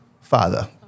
father